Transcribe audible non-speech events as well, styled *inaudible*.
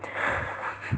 *laughs*